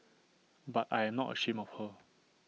but I am not ashamed of her